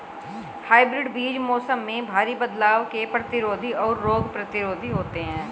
hybrid बीज मौसम में भारी बदलाव के प्रतिरोधी और रोग प्रतिरोधी होते हैं